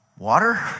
Water